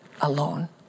alone